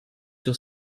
sur